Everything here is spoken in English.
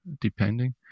depending